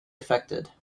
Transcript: affected